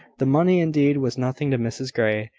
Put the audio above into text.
the money, indeed, was nothing to mrs grey,